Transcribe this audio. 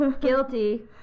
Guilty